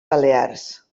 balears